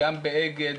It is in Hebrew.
באגד,